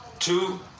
Two